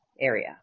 Area